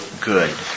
good